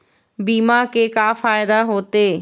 बीमा के का फायदा होते?